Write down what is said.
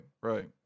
right